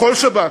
בכל שבת,